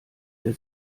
der